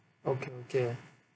okay okay